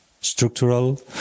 structural